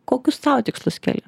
kokius sau tikslus keli